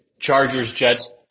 Chargers-Jets